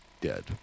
dead